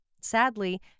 Sadly